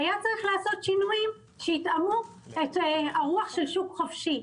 היה צריך לעשות שינויים שיתאמו את הרוח של שוק חופשי.